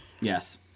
Yes